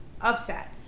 upset